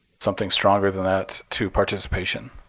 something stronger than that to participation.